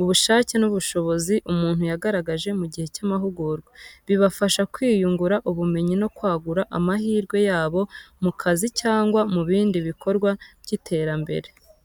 ubushake n’ubushobozi umuntu yagaragaje mu gihe cy’amahugurwa. Bibafasha kwiyungura ubumenyi no kwagura amahirwe yabo mu kazi cyangwa mu bindi bikorwa by’iterambere.